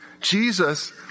Jesus